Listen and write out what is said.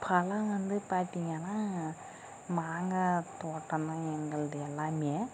பழம் வந்து பார்த்தீங்கன்னா மாங்காய் தோட்டம் எங்களுது எல்லாமே